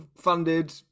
Funded